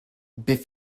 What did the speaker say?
biff